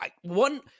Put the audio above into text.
One